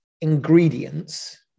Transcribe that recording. ingredients